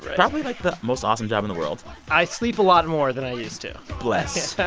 probably, like, the most awesome job in the world i sleep a lot more than i used to bless.